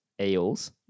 Eels